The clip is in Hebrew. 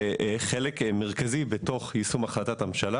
וחלק מרכזי בתוך יישום החלטת הממשלה,